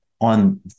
on